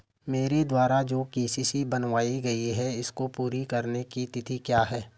मेरे द्वारा जो के.सी.सी बनवायी गयी है इसको पूरी करने की तिथि क्या है?